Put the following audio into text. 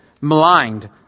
maligned